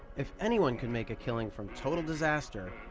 if anyone could make a killing from total disaster,